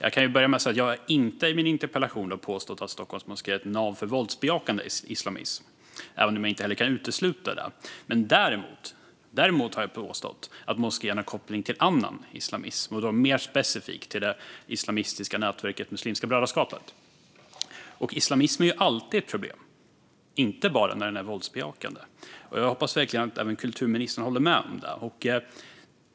Jag kan börja med att säga att jag inte i min interpellation har påstått att Stockholms moské är ett nav för våldsbejakande islamism, även om jag heller inte kan utesluta det. Däremot har jag påstått att moskén har koppling till annan islamism och då mer specifikt till det islamistiska nätverket Muslimska brödraskapet. Islamism är alltid ett problem, inte bara när den är våldsbejakande. Jag hoppas verkligen att även kulturministern håller med om det.